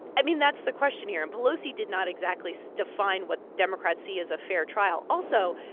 i mean, that's the question here. and pelosi did not exactly so define what democrats see as a fair trial. also,